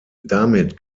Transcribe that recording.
damit